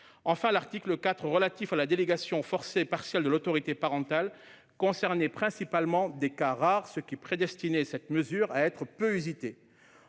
L'article 4, relatif à la délégation partielle, sous contrainte, de l'autorité parentale, concernait principalement des cas rares, ce qui prédestinait cette mesure à être peu usitée.